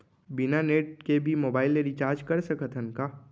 बिना नेट के भी मोबाइल ले रिचार्ज कर सकत हन का?